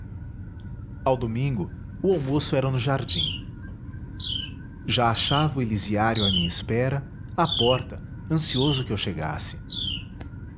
ao domingo o almoço era no jardim já achava o elisiário à minha espera à porta ansioso que eu chegasse